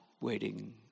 waiting